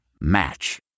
Match